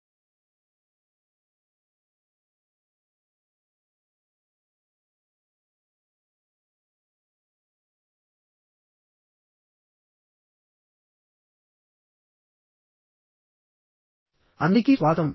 hi అందరికీ స్వాగతం